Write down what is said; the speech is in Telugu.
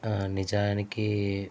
నిజానికి